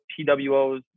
PWOs